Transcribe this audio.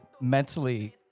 mentally